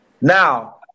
Now